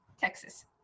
Texas